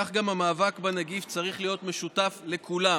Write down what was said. כך גם המאבק בנגיף צריך להיות משותף לכולם.